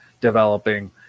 developing